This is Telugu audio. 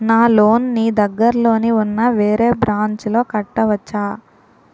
నా లోన్ నీ దగ్గర్లోని ఉన్న వేరే బ్రాంచ్ లో కట్టవచా?